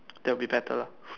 that will be better lah